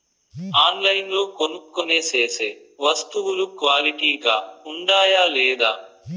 ఆన్లైన్లో కొనుక్కొనే సేసే వస్తువులు క్వాలిటీ గా ఉండాయా లేదా?